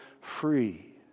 free